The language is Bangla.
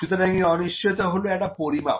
সুতরাং এই অনিশ্চয়তা হল একটা পরিমাপ